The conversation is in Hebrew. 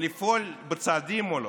לפעול בצעדים מולו,